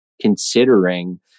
considering